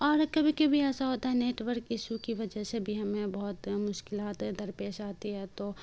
اور کبھی کبھی ایسا ہوتا ہے نیٹورک ایشو کی وجہ سے بھی ہمیں بہت مشکلات درپیش آتی ہے تو